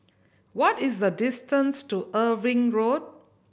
what is the distance to Irving Road